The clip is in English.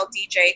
DJ